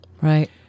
Right